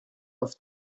auf